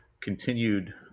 continued